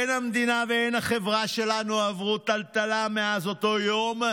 הן המדינה והן החברה שלנו עברו טלטלה מאז אותו יום,